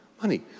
Money